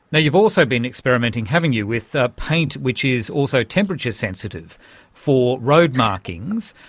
you've also been experimenting, haven't you, with ah paint which is also temperature-sensitive for road markings.